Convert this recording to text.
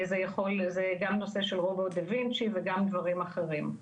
זה גם נושא של רובוט דה ויצ'י וגם דברים אחרים.